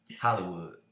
Hollywood